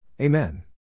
Amen